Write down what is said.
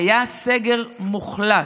היה סגר מוחלט,